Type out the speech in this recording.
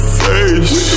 face